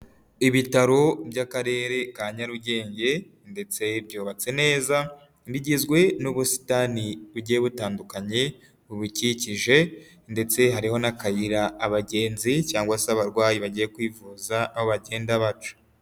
Ibitaro by'akarere ka Nyarugenge ndetse byubatse neza bigizwe n'ubusitani bugiye butandukanye bubikikije ndetse hariho n'akayira abagenzi cyangwa se abarwayi bagiye kwivuza aho bagenda baca.